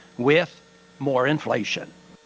with more inflation.